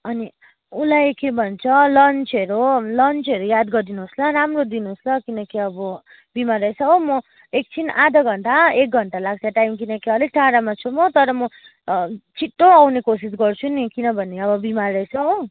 अनि उसलाई के भन्छ लन्चहरू लन्चहरू याद गरिदिनु होस् ल राम्रो दिनुहोस् ल किनकि अब बिमार रहेछ हो म एकछिन आधा घन्टा एक घन्टा लाग्छ टाइम किनकि अलिक टाढामा छु म तर म छिटो आउने कोसिस गर्छु नि किनभने अब बिमार रहेछ हो